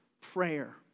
prayer